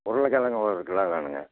உருளக்கெழங்கு ஒரு கிலோ வேணுங்க